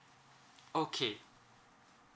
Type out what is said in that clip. okay